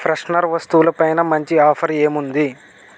freshener వస్తువుల పైన మంచి ఆఫర్ ఏముంది